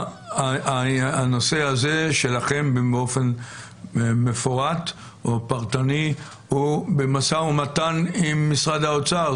שהנושא הזה שלכם באופן פרטני הוא במשא ומתן עם משרד האוצר.